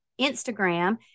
Instagram